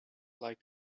like